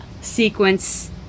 ...sequence